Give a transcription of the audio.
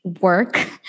work